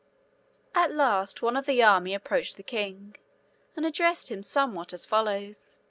at last one of the army approached the king and addressed him somewhat as follows